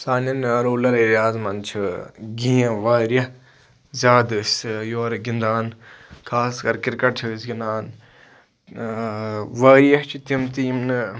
سانٮ۪ن rural area ہَن منٛز چھِ گیم واریاہ زیادٕ أسۍ یورٕ گِنٛدان خاص کَر کِرکَٹ چھِ أسۍ گِنٛدان واریاہ چھِ تِم تہِ یِم نہٕ